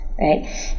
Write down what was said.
right